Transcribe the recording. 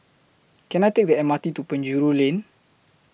Can I Take The M R T to Penjuru Lane